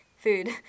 Food